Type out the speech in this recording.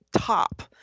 top